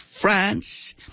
France